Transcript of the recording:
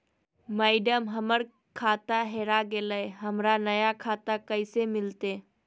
madam, हमर खाता हेरा गेलई, हमरा नया खाता कैसे मिलते